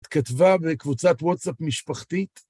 התכתבה בקבוצת וואטסאפ משפחתית.